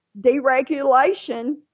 deregulation